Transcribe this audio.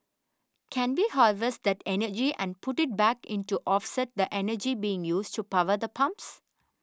can we harvest that energy and put it back in to offset the energy being used to power the pumps